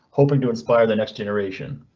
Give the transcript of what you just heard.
hoping to inspire the next generation.